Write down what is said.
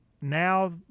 now